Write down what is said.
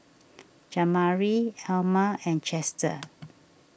Jamari Elma and Chester